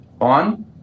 on